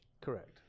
Correct